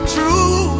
True